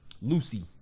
lucy